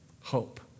hope